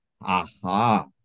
aha